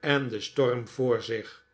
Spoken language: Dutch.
en den storm voor zich